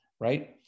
right